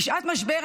בשעת משבר,